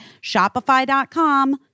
Shopify.com